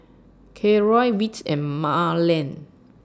Khloe Whit and Marland